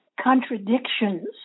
contradictions